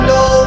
no